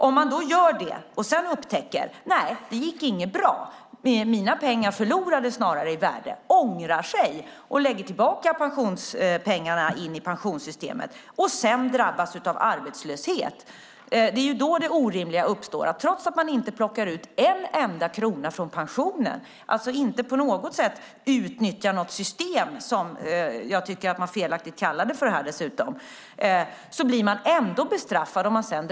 Om man ångrar sig efter att ha upptäckt att pengarna snarare förlorade i värde och lägger tillbaka pensionspengarna i pensionssystemet och sedan drabbas av arbetslöshet uppstår en orimlig situation. Trots att man inte plockar ut en enda krona av pensionen - man utnyttjar alltså inte systemet, som man felaktigt har talat om här - blir man ändå bestraffad.